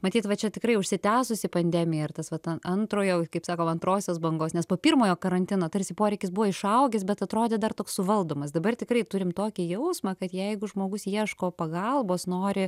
matyt va čia tikrai užsitęsusi pandemija ir tas vat antrojo kaip sako antrosios bangos nes po pirmojo karantino tarsi poreikis buvo išaugęs bet atrodė dar toks suvaldomas dabar tikrai turim tokį jausmą kad jeigu žmogus ieško pagalbos nori